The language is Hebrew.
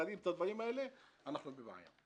אנחנו בבעיה.